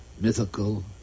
mythical